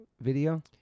video